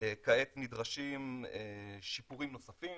כעת נדרשים שיפורים נוספים,